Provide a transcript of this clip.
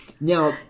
Now